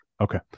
okay